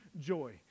joy